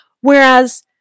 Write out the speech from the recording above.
Whereas